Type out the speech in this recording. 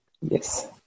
Yes